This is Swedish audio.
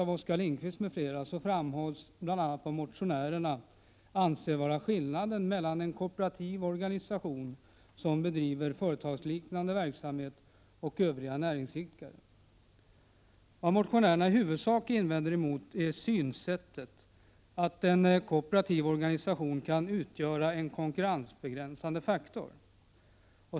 Vad motionärerna i huvudsak invänder mot är synsättet att en kooperativ organisation kan utgöra en konkurrensbegränsande faktor.